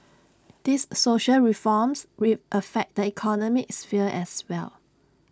these social reforms affect the economic sphere as well